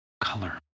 color